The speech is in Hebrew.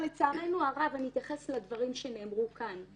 אבל לצערנו הרב, אני אתייחס לדברים שנאמרו כאן.